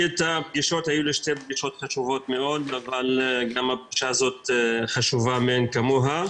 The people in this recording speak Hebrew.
היו לי שתי פגישות חשובות מאוד אבל גם הפגישה הזאת חשובה מאין כמוה.